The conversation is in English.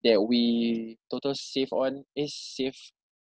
that we total save on eh save